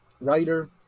writer